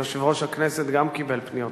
יושב-ראש הכנסת גם קיבל פניות.